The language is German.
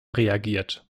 reagiert